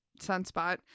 Sunspot